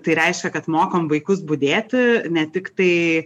tai reiškia kad mokom vaikus budėti ne tiktai